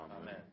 Amen